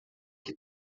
que